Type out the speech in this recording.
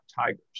tigers